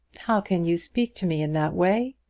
how can you speak to me in that way?